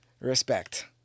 Respect